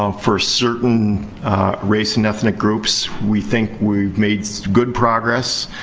um for certain race and ethnic groups, we think we've made so good progress.